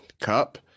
Cup